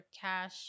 cash